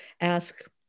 ask